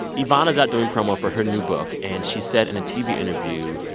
ivana's out doing promo for her new book and she said in a tv interview,